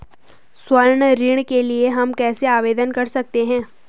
स्वर्ण ऋण के लिए हम कैसे आवेदन कर सकते हैं?